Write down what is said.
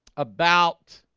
about